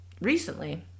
recently